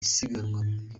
isiganwa